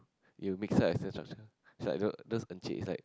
you mix up essay structure is like those those Encik like